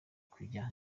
kujya